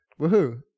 Woohoo